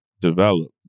develop